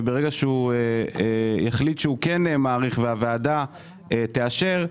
וברגע שהוא יחליט שהוא מאריך והוועדה תאשר,